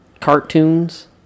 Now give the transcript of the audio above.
cartoons